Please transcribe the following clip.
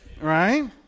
Right